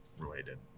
related